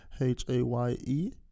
H-A-Y-E